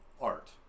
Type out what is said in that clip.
art